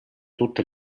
tutte